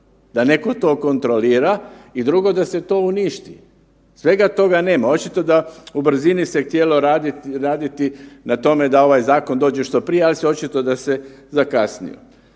da netko to kontrolira i drugo, da se to uništi. Svega toga nema. Očito da u brzini se htjelo raditi na tome da ovaj zakon dođe što prije, ali se očito da se zakasnilo.